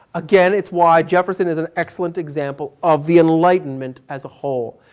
again, it's why jefferson is an excellent example of the enlightenment as a whole.